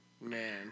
Man